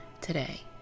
today